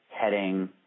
heading